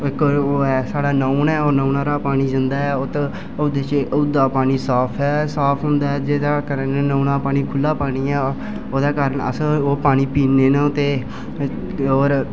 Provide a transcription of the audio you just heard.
इक साढ़ै नाउन ऐ नाउन आह्रा पानी जंदा ऐ होंदा पानी साफ ऐ जेह्दे नै नाउनै पानी साफ ऐ ओह्दे कारण अस ओह् पानी पीने बी होने और